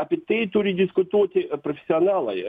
apie tai turi diskutuoti profesionalai